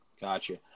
Gotcha